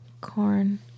corn